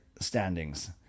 standings